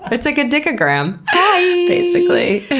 it's like a dick-o-gram basically,